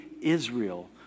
Israel